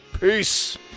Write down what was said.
Peace